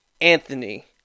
Anthony